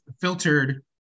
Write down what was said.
filtered